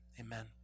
amen